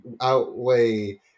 outweigh